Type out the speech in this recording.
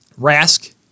Rask